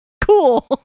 cool